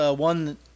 one